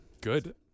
Good